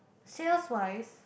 sales wise